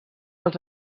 als